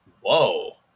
Whoa